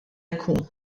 jkun